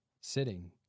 sitting